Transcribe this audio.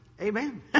Amen